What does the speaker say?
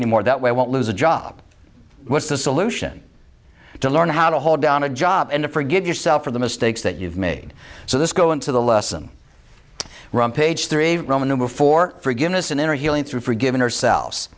anymore that way i won't lose a job was the solution to learn how to hold down a job and to forgive yourself for the mistakes that you've made so this go into the lesson from page three roman number for forgiveness and inner healing through forgiving ourselves